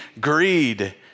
greed